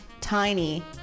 tiny